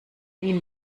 ihnen